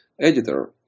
editor